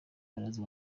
baraza